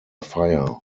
fire